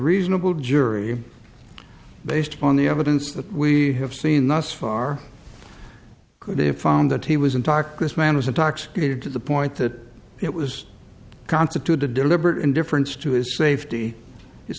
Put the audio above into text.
reasonable jury based upon the evidence that we have seen thus far could have found that he was intact this man was intoxicated to the point that it was constitute a deliberate indifference to his safety